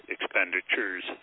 expenditures